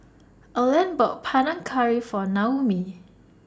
Erland bought Panang Curry For Noemie